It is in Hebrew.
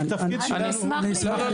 תודה.